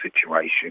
situation